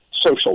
social